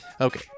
Okay